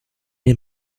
les